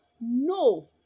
no